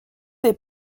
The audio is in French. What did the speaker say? des